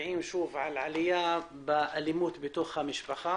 מצביעים שוב על עליה באלימות בתוך המשפחה.